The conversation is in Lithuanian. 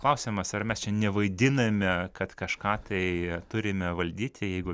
klausimas ar mes čia nevaidiname kad kažką tai turime valdyti jeigu